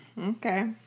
Okay